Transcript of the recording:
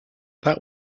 that